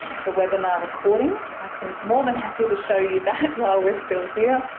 the webinar recordings. i can more than happy to show you that while we're still here.